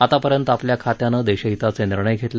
आतापर्यंत आपल्या खात्यानं देशहिताचे निर्णय घेतले